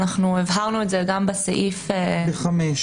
הבהרנו את זה גם בסעיף -- בסעיף